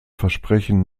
versprechen